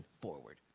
forward